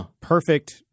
perfect